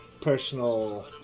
personal